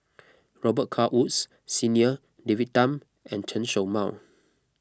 Robet Carr Woods Senior David Tham and Chen Show Mao